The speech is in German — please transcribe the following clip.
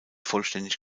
vollständig